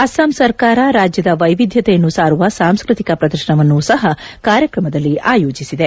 ಅಸ್ಟಾಂ ಸರ್ಕಾರ ರಾಜ್ಯದ ವೈವಿಧ್ಯತೆಯನ್ನು ಸಾರುವ ಸಾಂಸ್ಕೃತಿಕ ಪ್ರದರ್ಶನವನ್ನೂ ಸಹ ಕಾರ್ಯಕ್ರಮದಲ್ಲಿ ಆಯೋಜಿಸಿದೆ